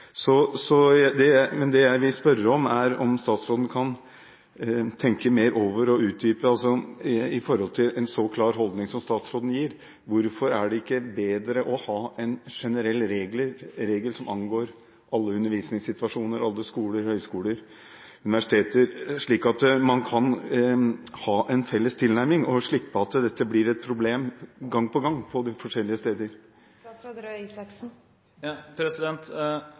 Men det jeg vil spørre om, er om statsråden kan tenke mer over og utdype, ut fra en så klar holdning som statsråden har, hvorfor det ikke er bedre å ha en generell regel som angår alle undervisningssituasjoner – alle skoler, høyskoler og universiteter – slik at man kan ha en felles tilnærming og slippe at dette blir et problem gang på gang på de forskjellige steder.